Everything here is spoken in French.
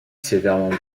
sévèrement